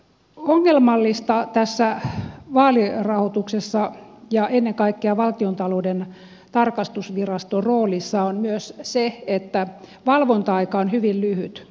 ongelmallista tässä vaalirahoituksessa ja ennen kaikkea valtiontalouden tarkastusviraston roolissa on myös se että valvonta aika on hyvin lyhyt